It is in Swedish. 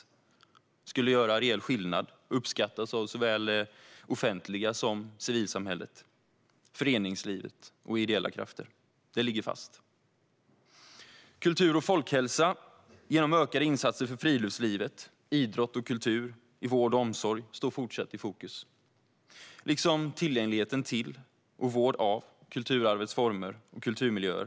De skulle göra reell skillnad och uppskattas av såväl det offentliga som civilsamhället, föreningsliv och ideella krafter. Detta ligger fast. Kultur och folkhälsa genom ökade insatser för friluftsliv, idrott och kultur i vård och omsorg står fortsatt i fokus. Det gör även tillgänglighet till och vård av kulturarvets former och kulturmiljöer.